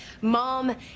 mom